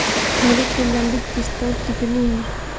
मेरी कुल लंबित किश्तों कितनी हैं?